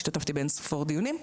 השתתפתי באין-ספור דיונים.